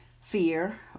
fear